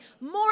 more